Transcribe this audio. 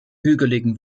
hügeligen